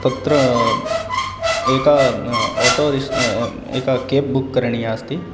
तत्र एका ओटो रिस् एका केब् बुक् करणीया अस्ति